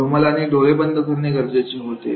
रुमालाने डोळे बंद करणे गरजेचे होते